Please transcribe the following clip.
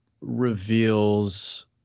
reveals